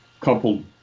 coupled